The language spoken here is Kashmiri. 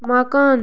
مکان